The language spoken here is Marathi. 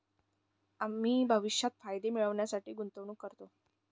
आम्ही भविष्यात फायदे मिळविण्यासाठी गुंतवणूक करतो